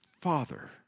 father